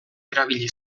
erabili